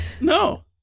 no